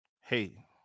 Hey